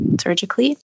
surgically